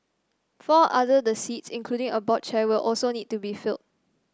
four other the seats including a board chair will also need to be filled